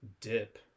dip